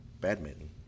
badminton